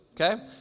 okay